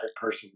person